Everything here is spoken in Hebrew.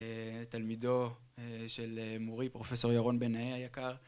תלמידו של מורי פרופ' ירון בנאה היקר